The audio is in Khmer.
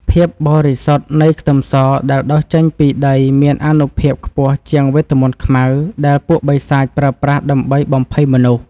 ភាពបរិសុទ្ធនៃខ្ទឹមសដែលដុះចេញពីដីមានអានុភាពខ្ពស់ជាងវេទមន្តខ្មៅដែលពួកបិសាចប្រើប្រាស់ដើម្បីបំភ័យមនុស្ស។